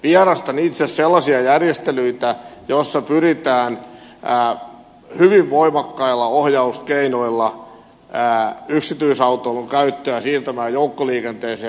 vierastan itse sellaisia järjestelyitä joissa pyritään hyvin voimakkailla ohjauskeinoilla yksityisautoilun käyttöä siirtämään joukkoliikenteeseen